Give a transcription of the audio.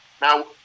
Now